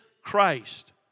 Christ